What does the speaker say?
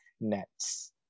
Nets